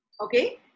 okay